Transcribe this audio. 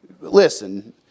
Listen